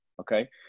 Okay